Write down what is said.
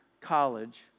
college